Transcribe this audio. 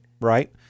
Right